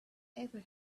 ever